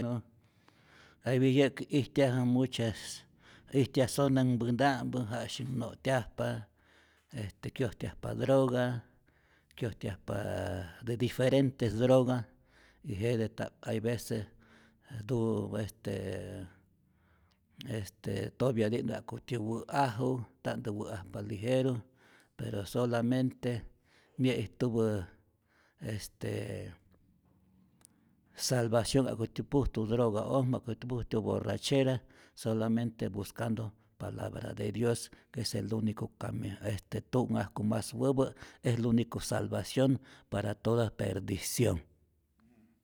Hay vece yä'ki ijtyaju muchas ijtyaj sonanhpänta'mpä janu'syak no'tyajpa, este kyojtyajpa droga, kyojtyajpaa de diferentes droga y jete ta'p hay veces duro est estee topyati'ntä ja'kutyä wä'aju, nta'ntä wä'ajpa lijeru, pero solamente nyä'ijtupä este salvacion ja'kutyä pujtu droga'ojmä, ja'kutyä pujtu borrachera, solamente buscando palabra de dios, que es el unico cami este tu'nhajku mas wäpä', es el unico salvacion para toda perdicionh.